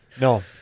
No